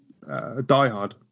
diehard